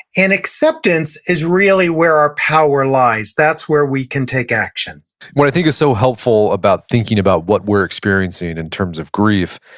and acceptance is really where our power lies. that's where we can take action what i think it's so helpful about thinking about what we're experiencing in terms of grief,